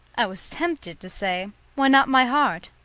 i was tempted to say, why not my heart?